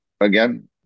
again